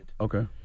Okay